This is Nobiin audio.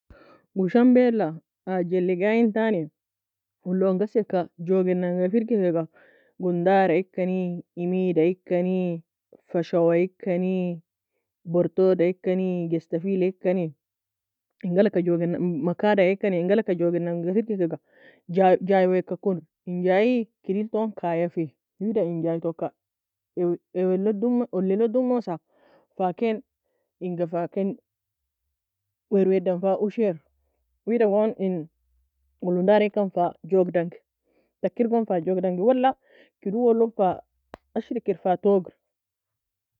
Goshambela aa jeliga ayintani, uu lon ghaseka jogin'nanga firgikoga, gundar ikeni emida ikeni, feshawa ikani, bortoda ikani, Jestafiel ikeni, ingalagka Jogina'nga makada ikeni, ingalagka Jogina'nga firgikaga, jaw jaweaka konr, in jai kiddel tone kayafi, wida in jay toka ew ewellog dumo olli log dumosa fa ken inga fa ken werweadan fa ushiar, wida gon in gundara iken fa jogdangi, takir gon fa jogdangi, wala kid owo log fa ashri kir fa toughr.